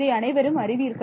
இதை அனைவரும் அறிவீர்கள்